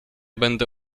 będę